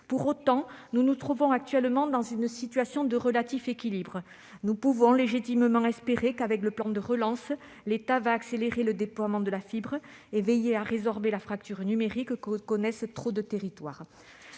Pour autant, nous nous trouvons actuellement dans une situation de relatif équilibre. Nous pouvons légitimement espérer qu'avec le plan de relance, l'État va accélérer le déploiement de la fibre et veiller à résorber la fracture numérique que connaissent trop de territoires.